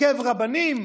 הרכב רבנים,